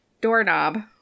doorknob